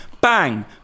bang